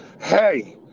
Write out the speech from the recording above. hey